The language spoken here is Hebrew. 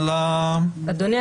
אדוני,